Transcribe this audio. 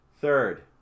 Third